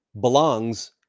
Belongs